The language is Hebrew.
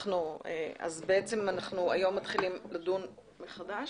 אנחנו למעשה מתחילים היום לדון מחדש.